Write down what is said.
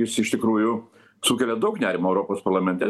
jis iš tikrųjų sukelia daug nerimo europos parlamente